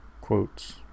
quotes